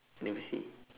never say